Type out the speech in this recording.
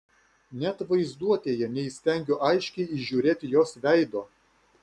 net vaizduotėje neįstengiu aiškiai įžiūrėti jos veido